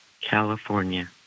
California